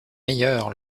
meilleur